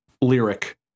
lyric